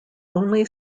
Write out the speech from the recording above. only